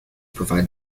provide